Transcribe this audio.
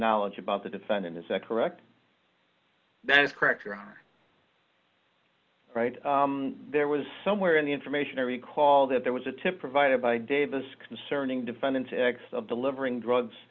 knowledge about the defendant is that correct that is correct you're right there was somewhere in the information i recall that there was a tip provided by davis concerning defendant's acts of delivering drugs